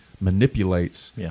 manipulates